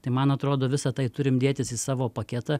tai man atrodo visa tai turim dėtis į savo paketą